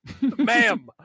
Ma'am